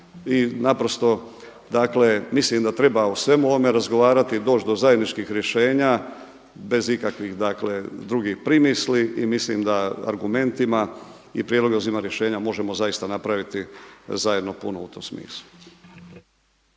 i naprosto dakle mislim da treba o svemu ovome razgovarati i doći do zajedničkih rješenja bez ikakvih dakle drugih primisli. I mislim da argumentima i prijedlozima rješenja možemo zaista napraviti zajedno puno u tom smislu.